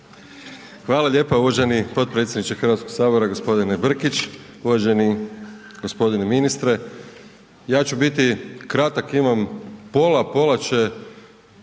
Hvala lijepo uvaženi potpredsjedniče Hrvatskog sabora gospodine Brkić. Uvaženi gospodine ministre, ja ću biti kratak imam pola, pola će